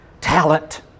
talent